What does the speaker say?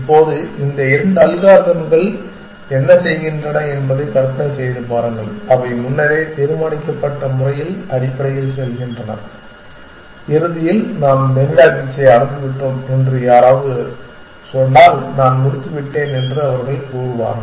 இப்போது இந்த இரண்டு அல்காரிதம்கள் என்ன செய்கின்றன என்பதை கற்பனை செய்து பாருங்கள் அவை முன்னரே தீர்மானிக்கப்பட்ட முறையில் அடிப்படையில் செல்கின்றன இறுதியில் நாம் மெரினா பீச்சை அடைந்துவிட்டோம் என்று யாராவது சொன்னால் நான் முடித்துவிட்டேன் என்று அவர்கள் கூறுவார்கள்